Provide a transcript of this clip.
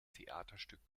theaterstück